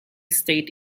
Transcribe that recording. state